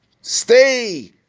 stay